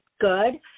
good